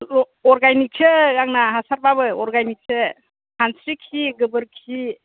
अ अरगेनिकसो आंना हासारबाबो अरगेनिकसो खानस्रि खि गोबोर खि